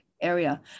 area